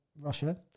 Russia